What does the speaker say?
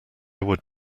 would